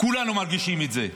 כולנו מרגישים את זה,